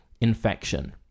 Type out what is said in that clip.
infection